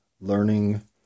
learning